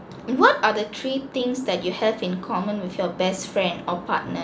what are the three things that you have in common with your best friend or partner